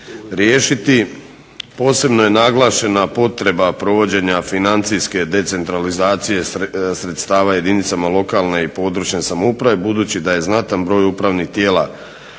riješiti. Posebno je naglašena potreba provođenja financijske decentralizacije sredstava jedinicama lokalne i područne samouprave budući da je znatan broj upravnih tijela